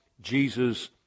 Jesus